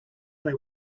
they